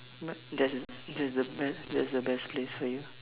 but that's the that's the be~ that's the best place for you